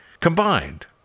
combined